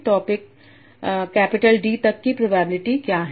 topic capital D तक की probability क्या है